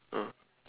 ah